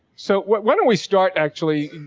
so why don't we start actually,